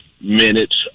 minutes